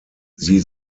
sie